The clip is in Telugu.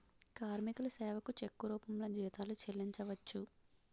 కార్మికుల సేవకు చెక్కు రూపంలో జీతాలు చెల్లించవచ్చు